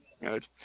Good